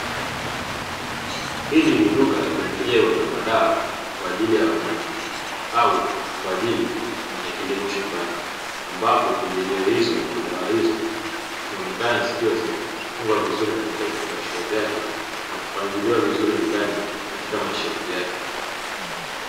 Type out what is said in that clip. Hili ni duka la pembejo la madawa kwa ajili ya wanyama au kwa ajili ya kilimo shambani, ambapo pembejo hizo na madawa hizo zimeonekana zikiwa zimefungwa vizuri katika vifungashio vyake na kupangiliwa vizuri katika mashelfu yake.